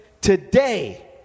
today